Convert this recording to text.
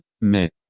mais